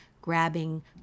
grabbing